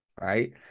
Right